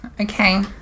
Okay